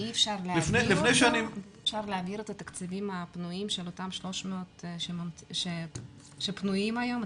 ואי אפשר להעביר את התקציבים הפנויים של אותם 300 שפנויים היום?